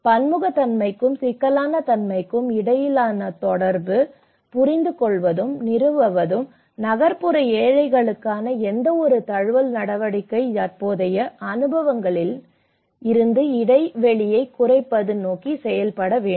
பன்முகத்தன்மைக்கும் சிக்கலான தன்மைக்கும் இடையிலான தொடர்புகளைப் புரிந்துகொள்வதும் நிறுவுவதும் நகர்ப்புற ஏழைகளுக்கான எந்தவொரு தழுவல் நடவடிக்கையும் தற்போதைய அனுபவங்களிலிருந்து இடைவெளியைக் குறைப்பதை நோக்கி செயல்பட வேண்டும்